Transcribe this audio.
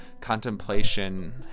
contemplation